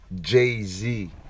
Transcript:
Jay-Z